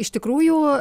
iš tikrųjų